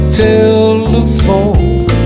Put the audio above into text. telephone